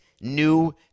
new